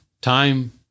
time